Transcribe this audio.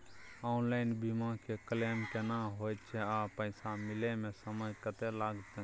Online बीमा के claim केना होय छै आ पैसा मिले म समय केत्ते लगतै?